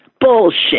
Bullshit